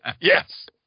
Yes